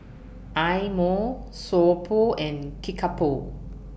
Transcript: Eye Mo So Pho and Kickapoo